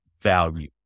value